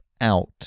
out